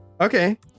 Okay